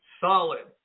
solid